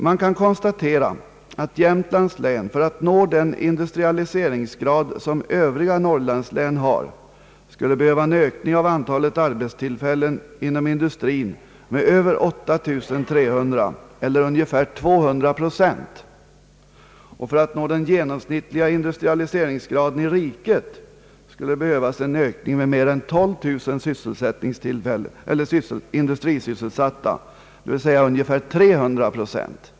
Man kan konstatera ait Jämtlands län för att nå den industrialiseringsgrad som övriga norrlandslän har skulle behöva en ökning av antalet arbetstillfällen inom industrin med över 8300 eller ungefär 200 procent, och för att nå den genomsnittliga industrialiseringsgraden i riket skulle behövas en ökning med mer än 12300 industrisysselsatta, d.v.s. en ökning med ungefär 300 procent.